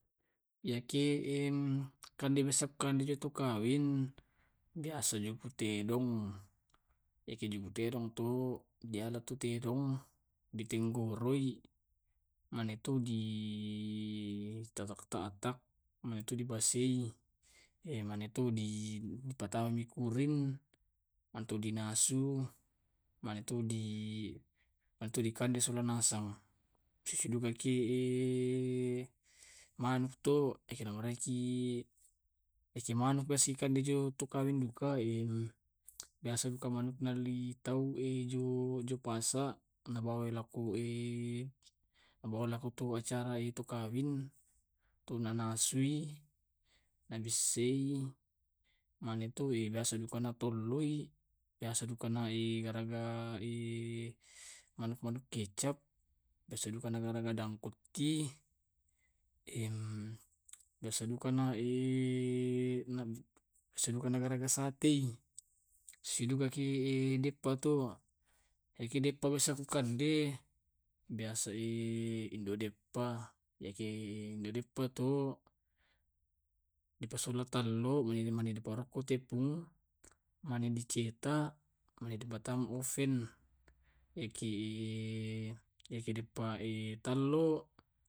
Yake kande to masakka jo to kawin biasa juku e tedong, yake juku tedong to di ala tu tedong di tenggoroi mane tu di tatak tatak mane tu dibasei, mane tu dipatama mi kurin mane tu dinasu, mane tu di mane tu dikande sola nasang. Susidukaki manuk to. Eki namaraiki, eki manuk biasa ki na kande tau joto kawing duka e biasa duka manuk na alli tau e jo jo pasa na bawakki la ku na bawa laku to ko acara itu kawin tu na nasui, na bissai, mane tu biasa duka na tolloi, biasa duka na garaga manuk manuk kecap. Biasa duka na garaga dangkot ki biasa duka na biasa duka na garaga satei. Sisidugaki i deppa to, yake deppa biasa ku kande, biasa indo deppa, yake indo deppa to, dipasula tallo, mane di parokko tepung, mane di cetak, mane di pattama oven. Yaki yaki deppa tallo.